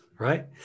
right